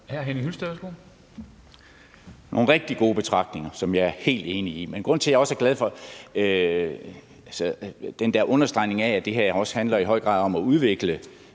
nogle rigtig gode betragtninger, som jeg er helt enig i. Men grunden til, at jeg også er glad for den der understregning af, at det her også i høj grad handler om at udvikle